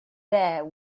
there